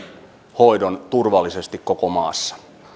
hoidon turvallisesti koko maassa